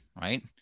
right